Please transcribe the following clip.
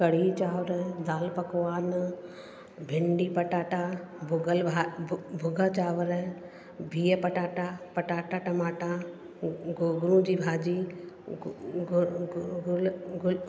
कढ़ी चांवरु दालि पकवान भिंडी पटाटा भुॻल भु भुॻा चांवरु बिहु पटाटा पटाटा टमाटा गोगड़ू जी भाॼी